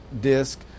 disc